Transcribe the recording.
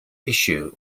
issue